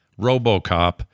RoboCop